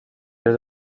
tres